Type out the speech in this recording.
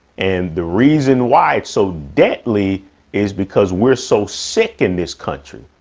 and the reason why it's so deadly is because we're so sick in this country.